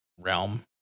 realm